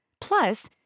Plus